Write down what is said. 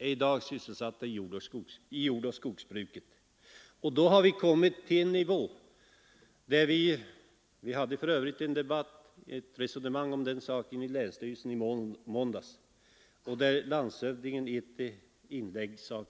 Vi hade i länsstyrelsen i måndags ett resonemang om denna sak. I ett inlägg sade landshövdingen